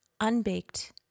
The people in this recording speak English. unbaked